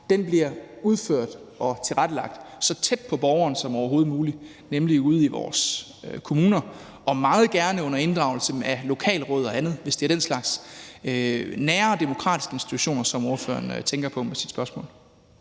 bliver udført og tilrettelagt så tæt på borgeren som overhovedet muligt, nemlig ude i vores kommuner, og meget gerne under inddragelse af lokalråd og andet, hvis det er den slags nære demokratiske institutioner, som ordføreren tænker på med sit spørgsmål.